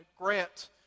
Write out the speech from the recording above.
Grant